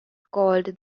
called